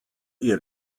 ihr